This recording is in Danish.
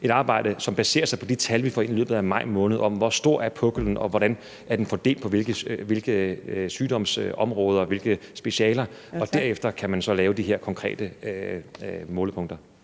et arbejde, som baserer sig på de tal, vi får ind i løbet af maj måned, om, hvor stor puklen er, og hvordan den er fordelt på hvilke sygdomsområder og hvilke specialer. Og derefter kan man så lave de her konkrete målepunkter.